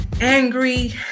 angry